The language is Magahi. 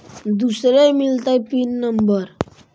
दुसरे मिलतै पिन नम्बर?